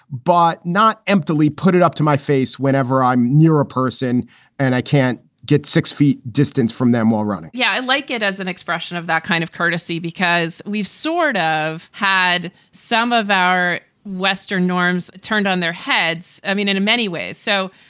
but not emptily put it up to my face whenever i'm near a person and i can't get six feet distance from them while running yeah, i like it as an expression of that kind of courtesy because we've sort of had some of our western norms turned on their heads. i mean, in many ways. so.